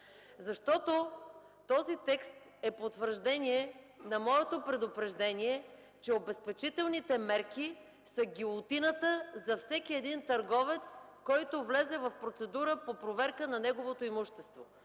Този текст е потвърждение на моето предупреждение, че обезпечителните мерки са гилотината за всеки търговец, който влезе в процедура по проверка на неговото имущество.